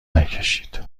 نکشید